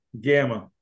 gamma